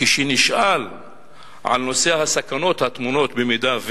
כשנשאל על נושא הסכנות הטמונות במידה,